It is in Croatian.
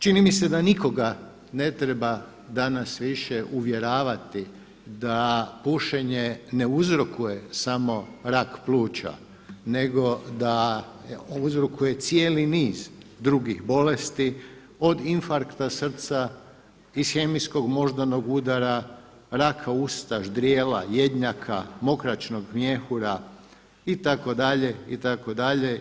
Čini mi se da nikoga ne treba danas više uvjeravati da pušenje ne uzrokuje samo rak pluća, nego da uzrokuje cijeli niz drugih bolesti od infarkta srca, ishemijskog moždanog udara, raka usta, ždrijela, jednjaka, mokraćnog mjehura itd. itd.